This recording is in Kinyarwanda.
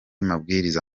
amabwiriza